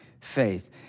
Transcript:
faith